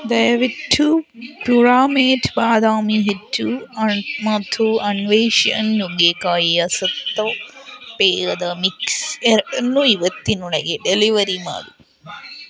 ದಯವಿಟ್ಟು ಪ್ಯೂರಾಮೇಟ್ ಬಾದಾಮಿ ಹಿಟ್ಟು ಮತ್ತು ಅನ್ವೇಷಣ್ ನುಗ್ಗೆಕಾಯಿಯ ಸತ್ತು ಪೇಯದ ಮಿಕ್ಸ್ ಎರಡನ್ನು ಇವತ್ತಿನೊಳಗೆ ಡೆಲಿವರಿ ಮಾಡಿ